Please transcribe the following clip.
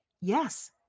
Yes